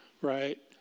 right